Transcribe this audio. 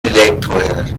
elektroherd